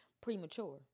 premature